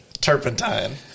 Turpentine